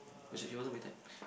was she she wasn't my type